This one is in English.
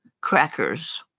Crackers